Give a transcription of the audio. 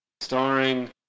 starring